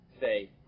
say